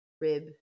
rib